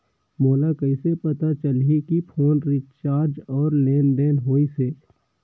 मोला कइसे पता चलही की फोन रिचार्ज और लेनदेन होइस हे?